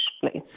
place